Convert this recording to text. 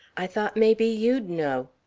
i thought maybe you'd know.